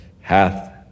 hath